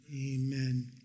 amen